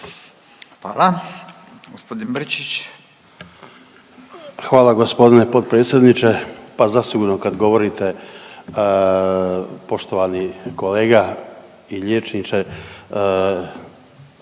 Luka (HDZ)** Hvala gospodine potpredsjedniče. Pa zasigurno kad govorite poštovani kolega i liječniče